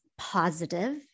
positive